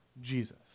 jesus